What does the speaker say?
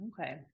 Okay